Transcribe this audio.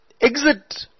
exit